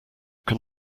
can